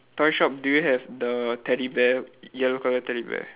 toy shop do you have the teddy bear yellow colour teddy bear